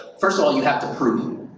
first of all, you have to prove.